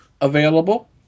available